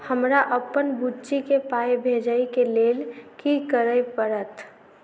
हमरा अप्पन बुची केँ पाई भेजइ केँ लेल की करऽ पड़त?